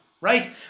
right